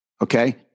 Okay